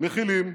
מכילים.